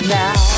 now